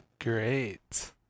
great